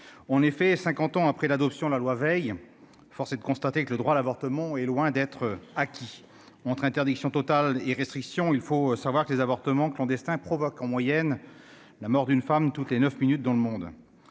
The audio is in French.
on est fait, 50 ans après l'adoption de la loi Veil, force est de constater que le droit à l'avortement est loin d'être acquis entre interdiction totale et restrictions il faut savoir que les avortements clandestins provoquent en moyenne, la mort d'une femme toutes les 9 minutes dans le monde